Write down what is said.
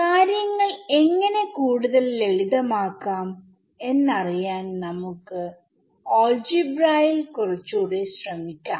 കാര്യങ്ങൾ എങ്ങനെ കൂടുതൽ ലളിതമാക്കാം എന്നറിയാൻ നമുക്ക് ആൾജിബ്രായിൽ കുറച്ചൂടെ ശ്രമിക്കാം